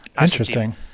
Interesting